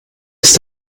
ist